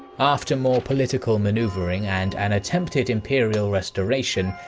after more political maneuvering and an attempted imperial restoration,